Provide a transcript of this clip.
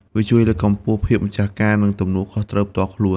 វាជួយលើកកម្ពស់ភាពម្ចាស់ការ និងទំនួលខុសត្រូវផ្ទាល់ខ្លួន។